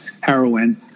heroin